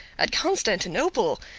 at constantinople!